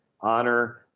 honor